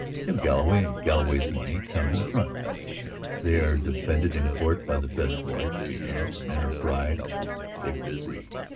jim galloway and galloway's money come to the front they are defended in court by the best lawyers to be had, men are bribed and they go free.